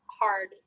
hard